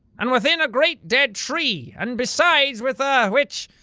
and within a great dead tree. and beside with a. which,